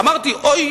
"אמרתי: 'אוי,